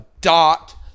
dot